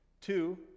Two